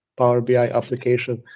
power bi application,